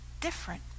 different